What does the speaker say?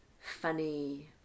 funny